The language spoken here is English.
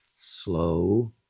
slow